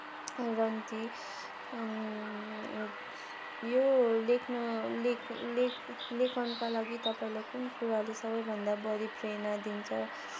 अनि र नि ती यो लेख्न लेख लेख लेखनका लागि तपाईँलाई कुन कुराले सबैभन्दा बढी प्रेरणा दिन्छ